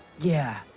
yeah.